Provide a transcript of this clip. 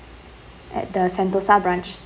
at the sentosa branch